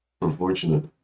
unfortunate